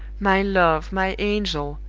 my love! my angel!